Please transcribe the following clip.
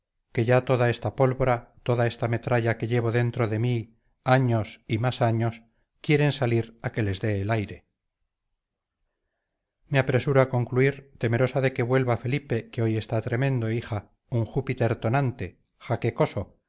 que ya toda esta pólvora toda esta metralla que llevo dentro de mí años y más años quieren salir a que les dé el aire me apresuro a concluir temerosa de que vuelva felipe que hoy está tremendo hija un júpiter tonante jaquecoso que por